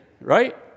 right